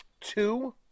two